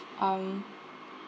um